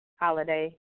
holiday